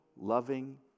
loving